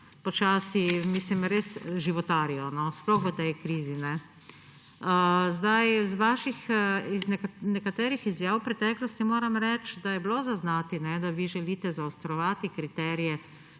počasi, mislim res životarijo, sploh v tej krizi. Iz vaših nekaterih izjav v preteklosti moram reči, da je bilo zaznati, da vi želite zaostrovati kriterije